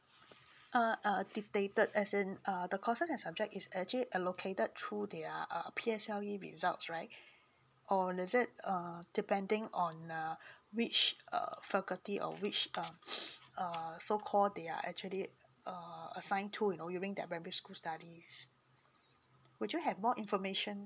uh uh dictated as in the courses and subject is actually allocated through their err P_S_L_E results right or does it err depending on uh which err faculty or which um err so call they are actually err assigned to you know during their primary school studies would you have more information